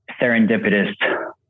serendipitous